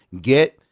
get